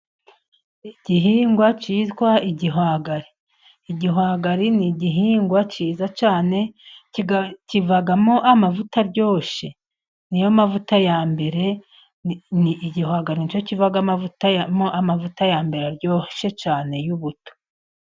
Igihingwa cyitwa igihwagari, igihwagari n'igihingwa cyiza cyane kivamo amavuta aryoshye, ni yo mavuta ya mbere, igihwagari nicyo kivamo amavuta ya mbere aryoshye cyane y'ubuto.